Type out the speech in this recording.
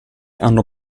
hanno